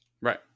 right